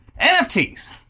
NFTs